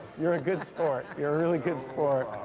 you're a good sport. you're a really good sport.